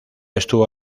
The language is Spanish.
estuvo